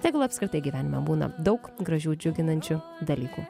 tegul apskritai gyvenime būna daug gražių džiuginančių dalykų